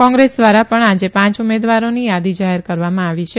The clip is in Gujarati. કોંગ્રેસ ધ્વારા પણ આજે પાંચ ઉમેદવારોની યાદી જાહેર કરવામાં આવી છે